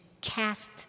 cast